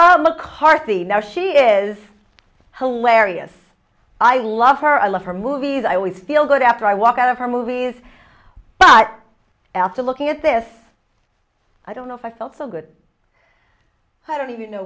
look carthy now she is hilarious i love her i love her movies i always feel good after i walk out of her movies but after looking at this i don't know if i felt so good i don't even know